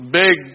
big